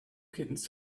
kittens